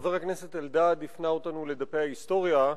חבר הכנסת אלדד הפנה אותנו לדפי ההיסטוריה,